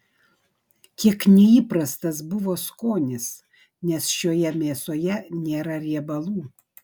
kiek neįprastas buvo skonis nes šioje mėsoje nėra riebalų